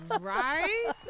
Right